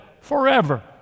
forever